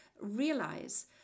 realize